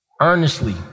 earnestly